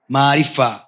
Marifa